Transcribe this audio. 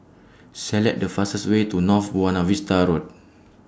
Select The fastest Way to North Buona Vista Road